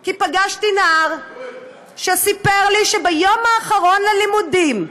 כי פגשתי נער שסיפר לי שביום האחרון ללימודים,